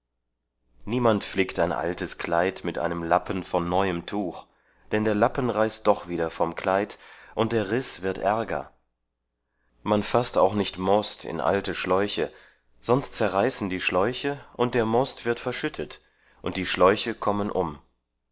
niemand flickt ein altes kleid mit einem lappen von neuem tuch denn der lappen reißt doch wieder vom kleid und der riß wird ärger man faßt auch nicht most in alte schläuche sonst zerreißen die schläuche und der most wird verschüttet und die schläuche kommen um